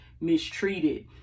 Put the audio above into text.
mistreated